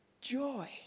joy